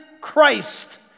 Christ